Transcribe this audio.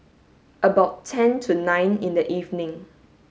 about ten to nine in the evening